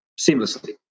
seamlessly